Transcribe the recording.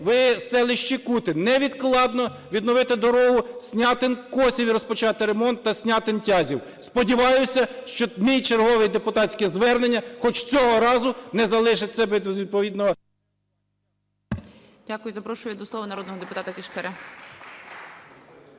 в селищі Кути, невідкладно відновити дорогу Снятин-Косів і розпочати ремонт… Снятин-Тязів. Сподіваюся, що моє чергове депутатське звернення хоч цього разу не залишиться без відповідного… ГОЛОВУЮЧИЙ. Дякую. Запрошую до слова народного депутата Кишкаря.